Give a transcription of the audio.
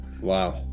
Wow